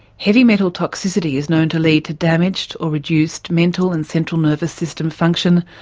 heavy metal toxicity is known to lead to damaged or reduced mental and central nervous system function,